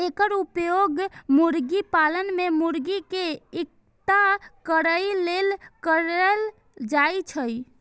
एकर उपयोग मुर्गी पालन मे मुर्गी कें इकट्ठा करै लेल कैल जाइ छै